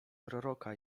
proroka